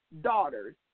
daughters